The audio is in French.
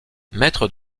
maître